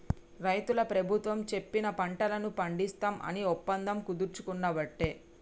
రైతులు ప్రభుత్వం చెప్పిన పంటలను పండిస్తాం అని ఒప్పందం కుదుర్చుకునబట్టే